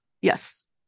Yes